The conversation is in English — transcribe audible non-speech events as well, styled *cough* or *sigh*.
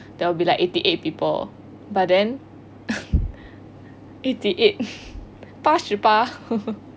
there will be like eighty eight people but then *laughs* eighty eight 八十八 *laughs*